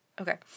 Okay